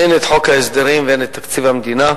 הן את חוק ההסדרים והן את תקציב המדינה,